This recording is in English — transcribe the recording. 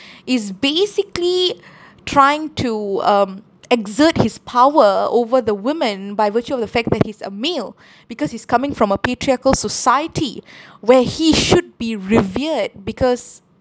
is basically trying to um exert his power over the women by virtue of the fact that he's a male because it's coming from a patriarchal society where he should be revered because